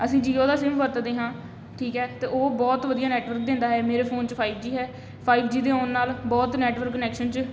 ਅਸੀਂ ਜੀਓ ਦਾ ਸਿਮ ਵਰਤਦੇ ਹਾਂ ਠੀਕ ਹੈ ਅਤੇ ਉਹ ਬਹੁਤ ਵਧੀਆ ਨੈਟਵਰਕ ਦਿੰਦਾ ਹੈ ਮੇਰੇ ਫੋਨ 'ਚ ਫਾਈਵ ਜੀ ਹੈ ਫਾਈਵ ਜੀ ਦੇ ਆਉਣ ਨਾਲ ਬਹੁਤ ਨੈਟਵਰਕ ਕਨੈਕਸ਼ਨ 'ਚ